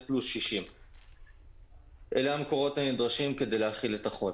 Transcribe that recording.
פלוס 60. אלה המקורות הנדרשים כדי להחיל את החוק.